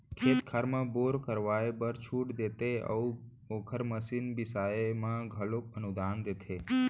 खेत खार म बोर करवाए बर छूट देते अउ ओखर मसीन बिसाए म घलोक अनुदान देथे